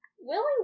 willing